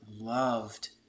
loved